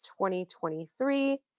2023